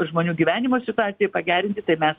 žmonių gyvenimo situacijai pagerinti tai mes